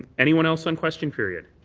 anyone else on question period?